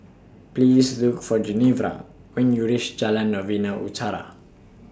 Please Look For Genevra when YOU REACH Jalan Novena Utara